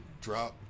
drop